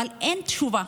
אבל אין תשובה.